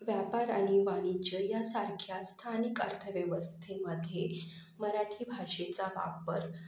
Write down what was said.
व्यापार आणि वाणिज्य यासारख्या स्थानिक अर्थव्यवस्थेमध्ये मराठी भाषेचा वापर